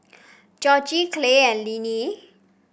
Georgie Clay and Lynne